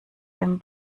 dem